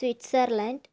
Switzerland